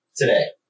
Today